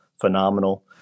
phenomenal